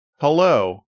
Hello